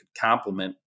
complement